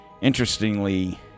Interestingly